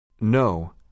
No